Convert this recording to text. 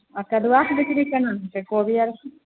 आ कदुआक बिकरी केना होइ छै कोबी आरके